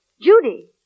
Judy